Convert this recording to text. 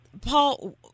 Paul